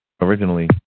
Originally